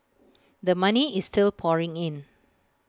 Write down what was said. the money is still pouring in